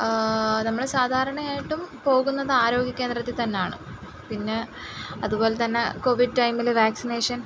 നമ്മൾ സാധാരണയായിട്ടും പോകുന്നത് ആരോഗ്യ കേന്ദ്രത്തിൽ തന്നെയാണ് പിന്നെ അതുപോലെതന്നെ കോവിഡ് ടൈമിൽ വാക്സിനേഷൻ